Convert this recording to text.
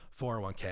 401k